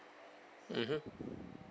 mmhmm